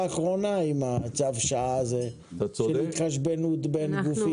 אחרונה עם צו השעה הזה של התחשבנות בין גופים.